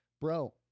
bro